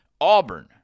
Auburn